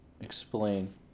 Explain